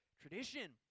tradition